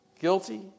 guilty